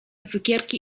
cukierki